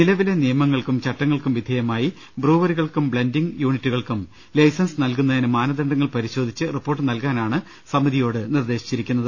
നിലവിലെ നിയമങ്ങൾ ക്കും ചട്ടങ്ങൾക്കും വിധേയമായി ബ്രൂവറികൾക്കും ബ്ലെൻഡിംഗ് യൂണിറ്റുകൾക്കും ലൈസൻസ് നൽകുന്നതിന് മാനദണ്ഡങ്ങൾ പരിശോധിച്ച് റിപ്പോർട്ട് നൽകാനാണ് സമിതിയോട് നിർദ്ദേശിച്ചിരിക്കുന്നത്